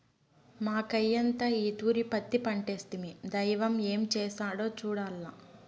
మాకయ్యంతా ఈ తూరి పత్తి పంటేస్తిమి, దైవం ఏం చేస్తాడో సూడాల్ల